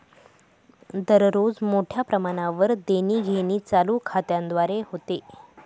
दररोज मोठ्या प्रमाणावर देणीघेणी चालू खात्याद्वारे होते